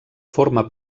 forma